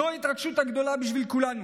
זו התרגשות גדולה בשביל כולנו,